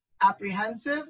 apprehensive